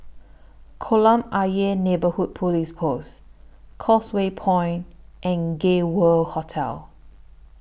Kolam Ayer Neighbourhood Police Post Causeway Point and Gay World Hotel